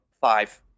five